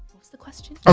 what's the question? ah